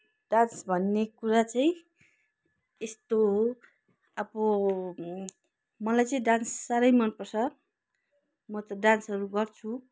dance भन्ने कुरा चाहिँ यस्तो हो अब मलाई चाहिँ डान्स साह्रै मनपर्छ म त डान्सहरू गर्छु